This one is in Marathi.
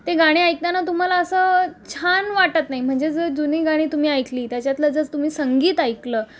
ते गाणे ऐकताना तुम्हाला असं छान वाटत नाही म्हणजे ज जुनी गाणी तुम्ही ऐकली त्याच्यातलं जर तुम्ही संगीत ऐकलं